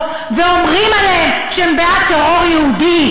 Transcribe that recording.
ואומרים עליהם שהם בעד טרור יהודי,